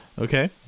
Okay